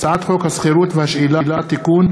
הצעת חוק השכירות והשאילה (תיקון),